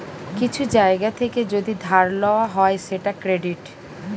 কিছু জায়গা থেকে যদি ধার লওয়া হয় সেটা ক্রেডিট